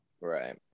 right